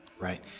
Right